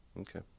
Okay